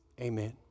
amen